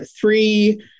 three